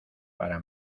para